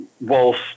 whilst